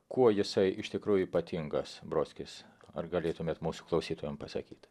kuo jisai iš tikrųjų ypatingas brodskis ar galėtumėt mūsų klausytojam pasakyt